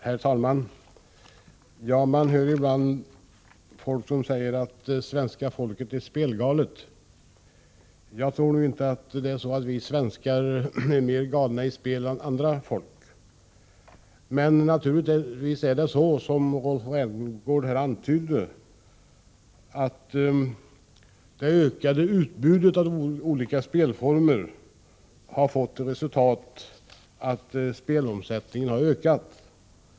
Herr talman! Man hör ibland människor säga att svenska folket är spelgalet. Jag tror nu inte att vi svenskar är mer galna i spel än andra folk, men naturligtvis har, som Rolf Rämgård antydde, det ökade utbudet av spelformer fått till resultat att spelomsättningen har ökat.